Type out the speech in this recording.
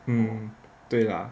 mm 对啦